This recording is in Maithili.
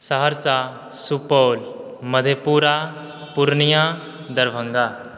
सहरसा सुपौल मधेपुरा पुर्णिया दरभङ्गा